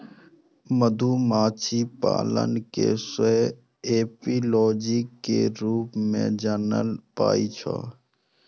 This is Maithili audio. मधुमाछी पालन कें सेहो एपियोलॉजी के रूप मे जानल जाइ छै